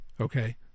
Okay